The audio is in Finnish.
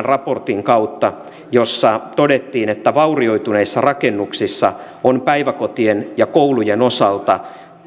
raportin kautta jossa todettiin että vaurioituneissa rakennuksissa on päiväkotien ja koulujen osalta